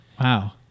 Wow